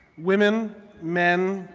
women, men,